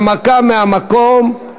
הנמקה מהמקום.